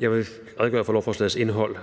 Jeg vil redegøre for lovforslagets indhold.